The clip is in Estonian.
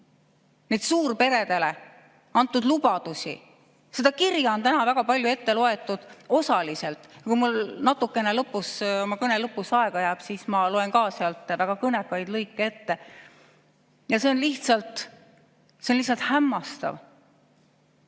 neid suurperedele antud lubadusi. Seda kirja on täna väga palju ette loetud, osaliselt. Kui mul natukene oma kõne lõpus aega jääb, siis loen ka sealt väga kõnekaid lõike ette. See on lihtsalt hämmastav,